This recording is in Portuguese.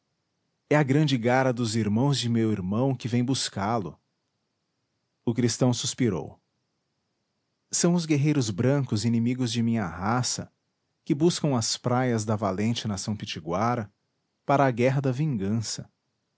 é a grande igara dos irmãos de meu irmão que vem buscá-lo o cristão suspirou são os guerreiros brancos inimigos de minha raça que buscam as praias da valente nação pitiguara para a guerra da vingança